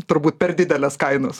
turbūt per didelės kainos